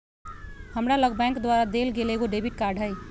हमरा लग बैंक द्वारा देल गेल एगो डेबिट कार्ड हइ